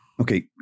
Okay